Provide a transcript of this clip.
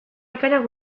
bikainak